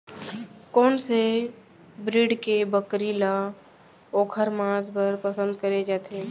कोन से ब्रीड के बकरी ला ओखर माँस बर पसंद करे जाथे?